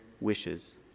wishes